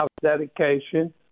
dedication